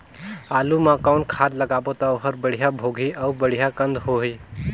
आलू मा कौन खाद लगाबो ता ओहार बेडिया भोगही अउ बेडिया कन्द होही?